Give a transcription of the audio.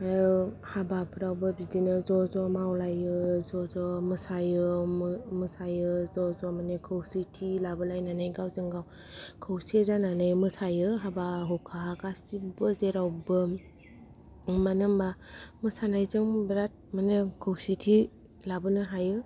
आरो हाबा फ्रावबो बिदिनो ज' ज' मावलायो ज' ज' मोसायो ज' ज' माने खौसेथि लाबोलायनानै गावजों गाव खौसे जानानै मोसायो हाबा हुखा गासिबो जेरावबो मानो होनबा मोसानायजों बिरात माने खौसेथि लाबोनो हायो